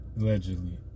Allegedly